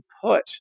put